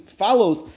follows